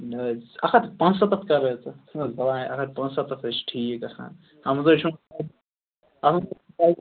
نَہ حظ اَکھ ہتھ تہٕ پنٛژسَتتھ کَر حظ ژٕ ژھٕن حظ بَلاے اَکھ ہتھ پنٛژسَتتھ حظ چھُ ٹھیٖک گَژھان اَتھ منٛز حظ